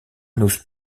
n’ose